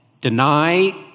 Deny